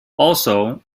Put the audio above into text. also